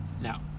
Now